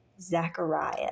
Zechariah